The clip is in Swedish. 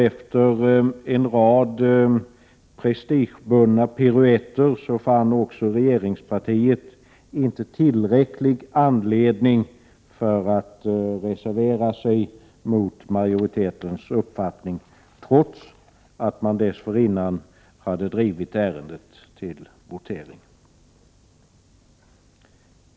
Efter en rad prestigebundna piruetter fann inte heller regeringspartiet tillräcklig anledning att reservera sig mot majoritetens uppfattning, trots att man dessförinnan hade drivit ärendet till votering.